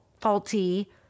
Faulty